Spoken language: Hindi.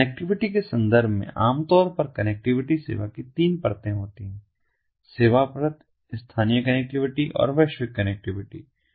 कनेक्टिविटी के संदर्भ में आमतौर पर कनेक्टिविटी सेवा की तीन परतें होती हैं सेवा परत स्थानीय कनेक्टिविटी और वैश्विक कनेक्टिविटी